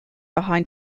behind